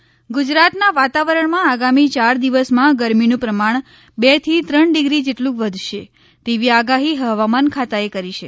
હવા માન ગુજરાતના વાતાવરણમાં આગામી ચાર દિવસમાં ગરમીનું પ્રમાણ બે થી ત્રણ ડિગ્રી જેટલું વધશે તેવી આગાહી હવામાન ખાતાએ કરી છે